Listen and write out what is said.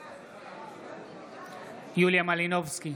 בעד יוליה מלינובסקי,